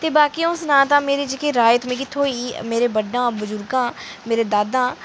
ते बाकी अ'ऊं सनां तां जेह्की राय मिगी थ्होई दी ऐ मेरे बड्डे बजुर्गें शा मेरे दांदें शा